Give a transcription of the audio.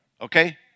okay